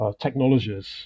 technologies